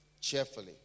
Cheerfully